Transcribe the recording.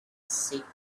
secret